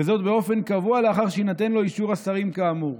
וזאת באופן קבוע לאחר שיינתן לו אישור השרים כאמור".